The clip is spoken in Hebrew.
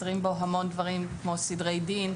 חסרים המון דברים כמו סדרי דין,